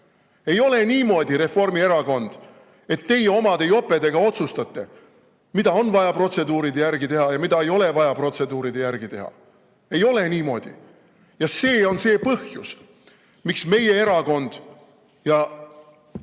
Ei ole niimoodi, Reformierakond, et teie omade jopedega otsustate, mida on vaja protseduuride järgi teha ja mida ei ole vaja protseduuride järgi teha. Ei ole niimoodi! Ja see on see põhjus, miks meie erakond ja